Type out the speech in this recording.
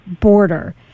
border